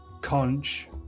conch